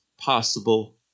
possible